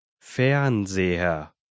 Fernseher